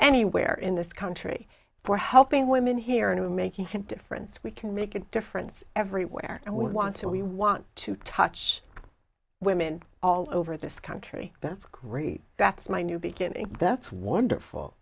anywhere in this country for helping women here in making him difference we can make a difference everywhere i would want to we want to touch women all over this country that's great that's my new beginning that's wonderful